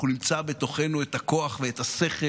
אנחנו נמצא בתוכנו את הכוח ואת השכל